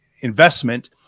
investment